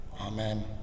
Amen